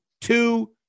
two